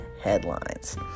headlines